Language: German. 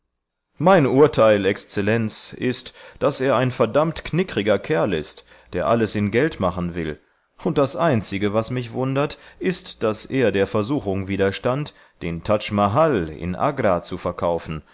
mein urteil exzellenz ist daß er ein verdammt knickeriger kerl ist der alles in geld machen will und das einzige was mich wundert ist daß er der versuchung widerstand den taj mahal in agra zu verkaufen